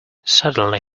suddenly